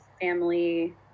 family